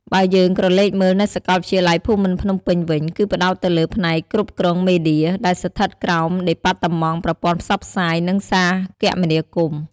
បើយើងក្រឡេកមើល នៅសាកលវិទ្យាល័យភូមិន្ទភ្នំពេញវិញ គឺផ្តោតទៅលើផ្នែកគ្រប់គ្រងមេឌៀ ដែលស្ថិតក្រោមដេប៉ាតឺម៉ង់ប្រព័ន្ធផ្សព្វផ្សាយ និងសារគមនាគមន៍។